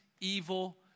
evil